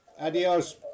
Adios